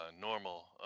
normal